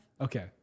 Okay